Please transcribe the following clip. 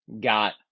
got